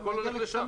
הכול הולך לשם.